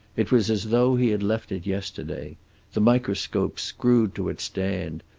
it was as though he had left it yesterday the microscope screwed to its stand,